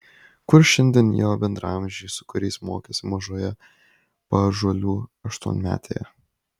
kur šiandien jo bendraamžiai su kuriais mokėsi mažoje paąžuolių aštuonmetėje